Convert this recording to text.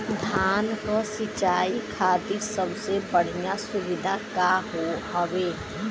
धान क सिंचाई खातिर सबसे बढ़ियां सुविधा का हवे?